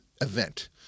event